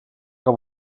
que